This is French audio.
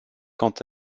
quant